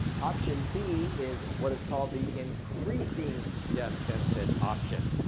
option b is what is called the increasing death benefit option.